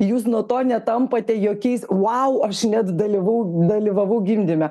jūs nuo to netampate jokiais vau aš net dalyvavau gimdyme